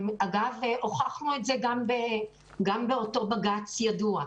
והוכחנו את זה גם באותו בג"ץ ידוע.